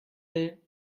will